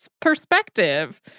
perspective